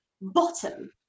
bottom